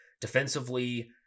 Defensively